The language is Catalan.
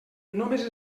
només